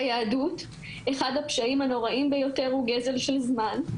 אחד הפשעים הנוראים ביותר ביהדות הוא גזל זמן.